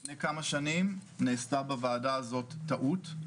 לפני כמה שנים נעשתה בוועדה הזאת טעות,